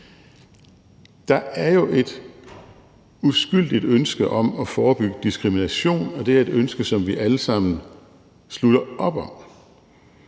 Der er jo et uskyldigt ønske om at forebygge diskrimination, og det er et ønske, som vi allesammen slutter op om.